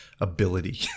ability